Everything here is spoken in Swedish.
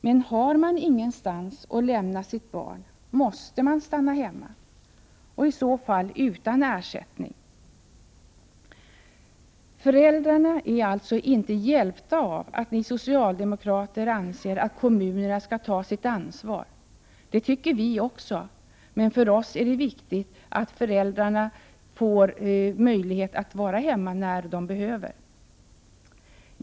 Men har man ingenstans att lämna sitt barn måste man stanna hemma, och i så fall utan ersättning. Föräldrarna är alltså inte hjälpta av att ni socialdemokrater anser att kommunerna skall ta sitt ansvar. Vi delar den uppfattningen, men för oss är det viktigt att föräldrarna ges möjlighet att vara hemma när de behöver.